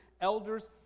elders